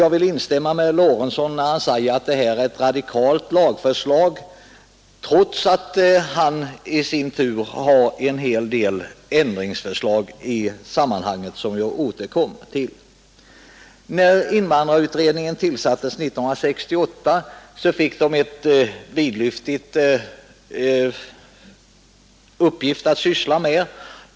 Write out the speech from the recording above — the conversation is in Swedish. Jag vill instämma med herr Lorentzon när han säger att detta är ett radikalt lagförslag, trots att han i sin tur i detta sammanhang har en hel del ändringsförslag, som jag återkommer till. När invandrarutredningen tillsattes 1968 fick den en vidlyftig uppgift att syssla med.